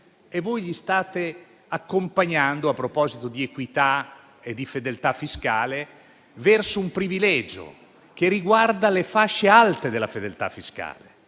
e voi li state accompagnando, a proposito di equità e fedeltà fiscale, verso un privilegio che riguarda le fasce alte della fedeltà fiscale.